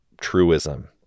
truism